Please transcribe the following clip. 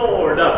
Lord